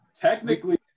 technically